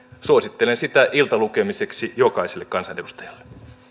suosittelen sitä iltalukemiseksi jokaiselle kansanedustajalle